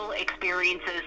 experiences